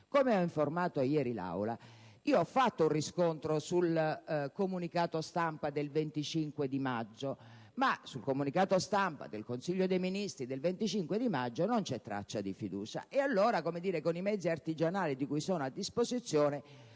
Come ho informato ieri l'Aula, ho fatto un riscontro sul comunicato stampa del 25 maggio, ma sul comunicato stampa del Consiglio dei ministri del 25 maggio non c'è traccia di fiducia. Allora, con i mezzi artigianali che ho a disposizione,